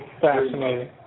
Fascinating